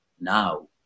Now